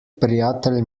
prijatelj